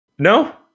No